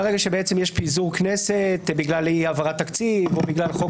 מהרגע שיש פיזור כנסת בגלל אי העברת תקציב או בגלל חוק